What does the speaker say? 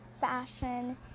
fashion